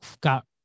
got